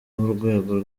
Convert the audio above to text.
w’urwego